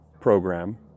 program